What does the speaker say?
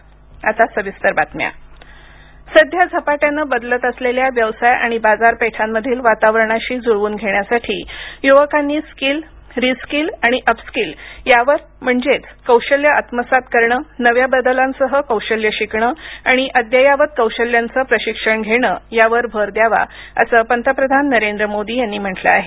पंतप्रधान सध्या झपाट्याने बदलत असलेल्या व्यवसाय आणि बाजारपेठांमधील वातावरणाशी जूळवून घेण्यासाठी युवकांनी स्किल रि स्किल आणि अपस्किल यावर महणजेच कौशल्य आत्मसात करणं नव्या बदलांसह कौशल्यं शिकणं आणि अद्ययावत कौशल्यांचं प्रशिक्षण घेणं यावर भर द्यावा असं पंतप्रधान नरेंद्र मोदी यांनी म्हटलं आहे